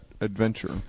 adventure